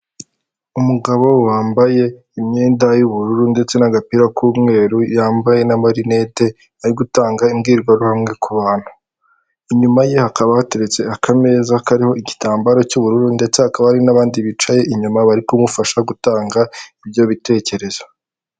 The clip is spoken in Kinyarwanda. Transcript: Umugabo wambaye imyenda y'ubururu ndetse n'agapira k'umweru, yambaye n'amarinete, ari gutanga imbwirwaruhame ku bantu. Inyuma ye hakaba hateretse akameza kariho igitambaro cy'ubururu ndetse hakaba hari n'abandi bicaye inyuma bari kumufasha gutanga ibyo bitekerezo.